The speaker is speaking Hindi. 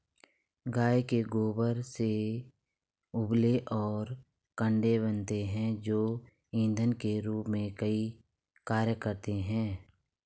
गाय के गोबर से उपले और कंडे बनते हैं जो इंधन के रूप में कार्य करते हैं